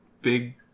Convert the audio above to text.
big